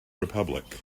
republic